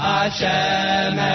Hashem